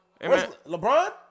LeBron